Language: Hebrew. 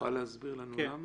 תוכל להסביר לנו למה?